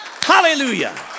Hallelujah